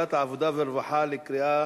בוועדת הפנים והגנת הסביבה נתקבלה.